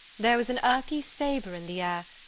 there was an earthy savour in the air,